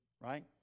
right